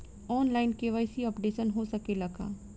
आन line KYC updation हो सकेला का?